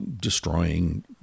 destroying